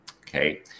okay